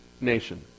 nation